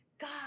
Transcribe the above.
God